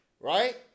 right